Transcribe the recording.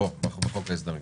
פה, בחוק ההסדרים.